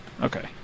Okay